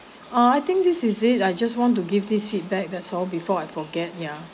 ah I think this is it I just want to give this feedback that's all before I forget ya